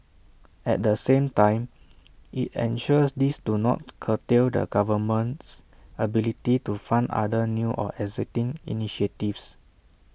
at the same time IT ensures these do not curtail the government's ability to fund other new or existing initiatives